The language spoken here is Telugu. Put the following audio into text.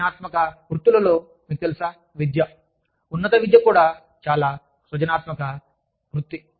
సృజనాత్మక వృత్తులలో మీకు తెలుసా విద్య ఉన్నత విద్య కూడా చాలా సృజనాత్మక వృత్తి